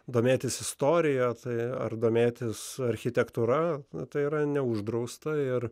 domėtis istorija tai ar domėtis architektūra tai yra neuždrausta ir